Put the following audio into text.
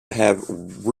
have